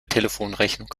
telefonrechnung